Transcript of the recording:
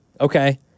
okay